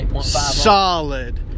Solid